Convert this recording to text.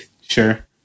Sure